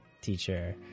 teacher